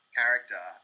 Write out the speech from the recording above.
character